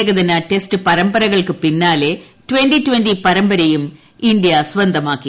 ഏകദിന ടെസ്റ്റ് പരമ്പരകൾക്ക് പിന്നാലെ ട്വന്റി ട്വന്റി പരമ്പരയും ഇന്ത്യ സ്വന്തമാക്കി